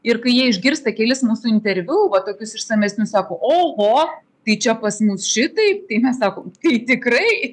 ir kai jie išgirsta kelis mūsų interviu va tokius išsamesnius sako oho tai čia pas mus šitaip tai mes sakom tai tikrai